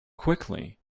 quickly